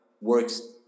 works